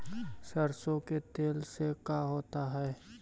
सरसों के तेल से का होता है?